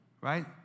right